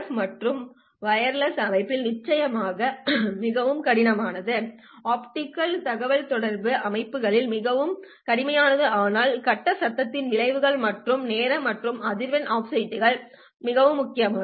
F மற்றும் wireless அமைப்பில் நிச்சயமாக மிகவும் கடுமையானது ஆப்டிகல் தகவல்தொடர்பு அமைப்புகளில் மிகவும் கடுமையானது ஆனால் கட்ட சத்தத்தின் விளைவுகள் மற்றும் நேரம் மற்றும் அதிர்வெண் ஆஃப்செட்டுகள் மிகவும் முக்கியம்